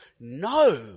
no